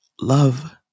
love